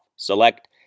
Select